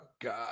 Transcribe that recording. God